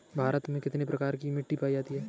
भारत में कितने प्रकार की मिट्टी पायी जाती है?